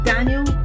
Daniel